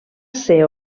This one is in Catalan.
ser